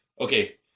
okay